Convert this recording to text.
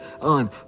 on